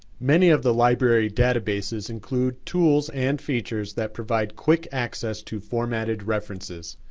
many of the library databases include tools and features that provide quick access to formatted references.